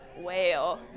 whale